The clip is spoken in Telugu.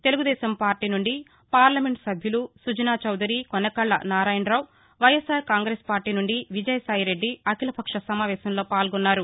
తెలుగుదేశం పార్టీ నుండి పార్లమెంటు సభ్యులు సుజనాచౌదరి కొనకళ్ళ నారాయణరావు వైఎస్ఆర్ కాంగ్రెస్పార్టీ నుండి విజయసాయిరెడ్డి అఖీలపక్ష సమావేశంలో పాల్గొన్నారు